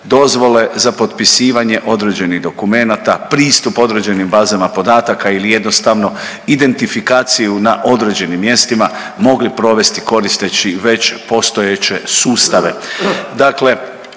dozvole za potpisivanje određenih dokumenata, pristup određenim bazama podataka ili jednostavno identifikaciju na određenim mjestima mogli provesti koristeći već postojeće sustave.